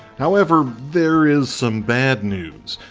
however, there is some bad news.